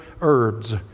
herbs